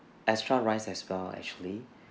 extra rice as well actually